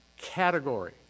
Category